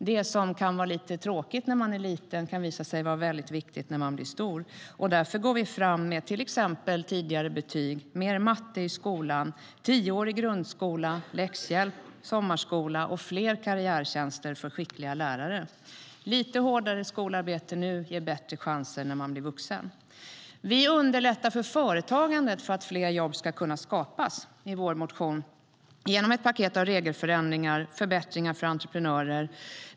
Det som kan vara lite tråkigt när man är liten kan visa sig vara väldigt viktigt när man blir stor. Därför går vi fram med till exempel tidigare betyg, mer matte i skolan, tioårig grundskola, läxhjälp, sommarskola och fler karriärtjänster för skickliga lärare. Lite hårdare skolarbete nu ger bättre chanser när man blir vuxen. Vi underlättar i vår motion för företagandet, för att fler jobb ska kunna skapas, genom ett paket av regelförenklingar och förbättringar för entreprenörer.